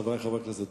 חברי חברי הכנסת,